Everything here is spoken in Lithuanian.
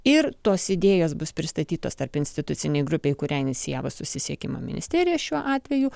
ir tos idėjos bus pristatytos tarpinstitucinei grupei kurią inicijavo susisiekimo ministerija šiuo atveju